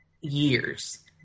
years